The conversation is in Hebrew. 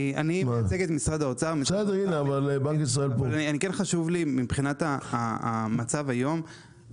אני מייצג את משרד האוצר וכן חשוב לי מבחינת המצב היום,